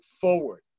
forward